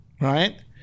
right